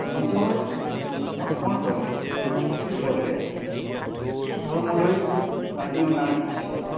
নিজৰ ধৰ্মৰ বলেৰে যুক্তিৰ বলেৰে এই ধৰ্মলৈ টানি অনাৰ পিছত